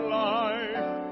life